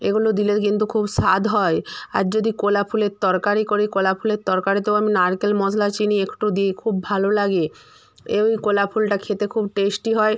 এগুলো দিলে কিন্তু খুব স্বাদ হয় আর যদি কলা ফুলের তরকারি করি কলা ফুলের তরকারিতেও আমি নারকেল মশলা চিনি একটু দিই খুব ভালো লাগে এই কলা ফুলটা খেতে খুব টেস্টি হয়